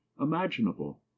imaginable